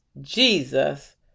Jesus